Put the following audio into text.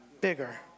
bigger